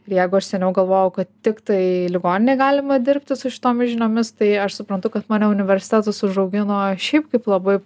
ir jeigu aš seniau galvojau kad tiktai ligoninėj galima dirbti su šitomis žiniomis tai aš suprantu kad mane universitetas užaugino šiaip kaip labai